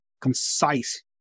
concise